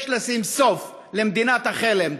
יש לשים סוף למדינת חלם.